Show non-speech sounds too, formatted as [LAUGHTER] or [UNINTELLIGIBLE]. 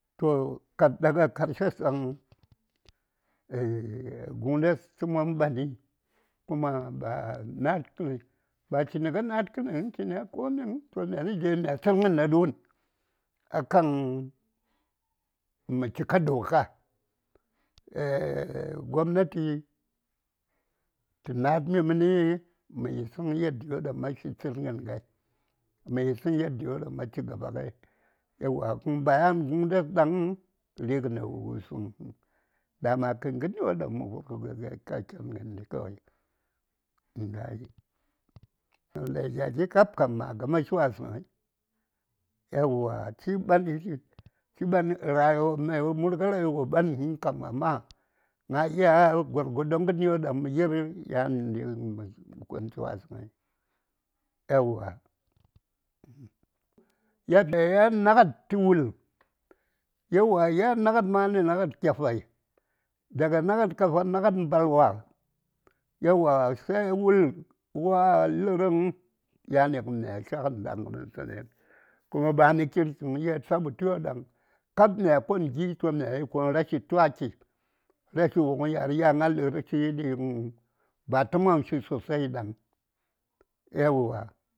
﻿Toh kad daga karshes [HESITATION] guŋdəs təman ɓani kuma ba na:d kəni, ba chi nə a na:d kəniŋ ba koni toh myani dai mi ŋa tsəngən ɗa ɗu:n akan mə chika doka [HESITATION] gobnati tə na:d mi məni mə yisəŋ yaddiyoɗaŋ ma fi tsəngən ŋai mə yisəŋ yaddiyoɗaŋ ma chi gaba ŋai eyauwa uhn bayan guŋ dəɗaŋ ri:gənes wo wusəŋ ba ma tu ŋərwon ɗaŋ ma vər gya wurɓa takiŋ ŋəndi kawai walahi gya gin kab kam ma gama shi wasənyi [UNINTELLIGIBLE] [UNINTELLIGIBLE] kam amma ma diya golgodon ŋərwon ɗaŋ ma yir yani ŋən mə kon shi wasəŋyi aeyauwa yadda yan naŋad tə wul yauwa yan naŋad ma nə naŋad kafai daga naŋad kafa naŋagad mbalwa yauwara sai wul, wul wa: lərəŋ yani ŋən mya tlya a damru kuma [UNINTELLIGIBLE] sabutə yo ɗaŋ kab myayi kon gi ɗi toh mya kon nə gya rashi taki rashi wuŋ ya:r yan a lə:r chi fi [HESITATION] ba təman fi sosai ɗaŋ yauwa.